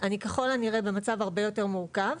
אני ככל הנראה במצב הרבה יותר מורכב.